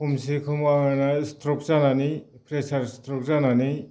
खमसेखम आंहा स्ट्रक जानानै प्रेसार स्ट्रक जानानै